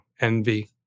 Envy